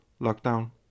lockdown